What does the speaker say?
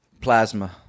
Plasma